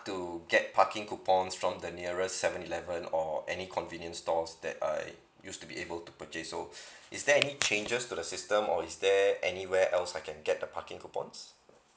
to get parking coupon from the nearest seven eleven or any convenience stores that I used to be able to purchase so is there any changes to the system or is there anywhere else I can get a parking coupons